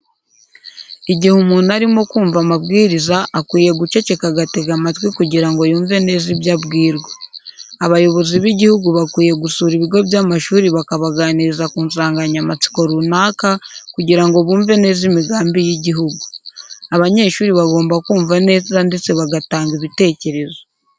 Igihe umuntu arimo kumva amabwiriza akwiye guceceka agatega amatwi kugira ngo yumve neza ibyo abwirwa. Abayobozi b'igihugu bakwiye gusura ibigo by'amashuri bakabaganiriza ku nsanganyamatsiko runaka kugira ngo bumve neza imigambi y'igihugu. Abanyeshuri bagomba kumva neza ndetse bagatanga ibitekerezo.